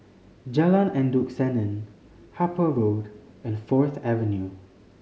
Jalan Endut Senin Harper Road and Fourth Avenue